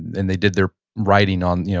and they did their writing on,